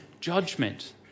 judgment